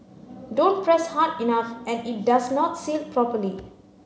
don't press hard enough and it does not seal properly